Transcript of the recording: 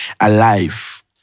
alive